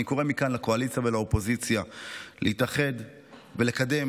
אני קורא מכאן לקואליציה ולאופוזיציה להתאחד ולקדם